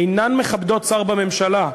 אינה מכבדת שר בממשלה.